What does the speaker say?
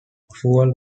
fuel